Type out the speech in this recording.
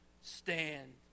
stand